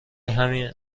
همین